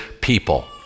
people